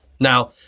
now